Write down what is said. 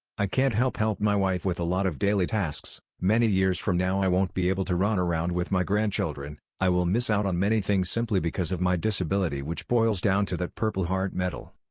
i can't help help my wife with a lot of daily tasks, many years from now i won't be able to run around with my grandchildren, i will miss out on many things simply because of my disability which boils down to that purple heart medal.